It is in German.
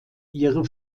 ihre